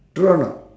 true or not